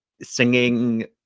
Singing